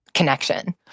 connection